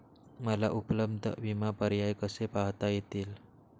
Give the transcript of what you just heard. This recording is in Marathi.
मला उपलब्ध विमा पर्याय कसे पाहता येतील?